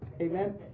amen